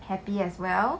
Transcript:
happy as well